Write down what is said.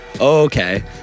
Okay